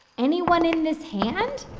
anyone in this hand?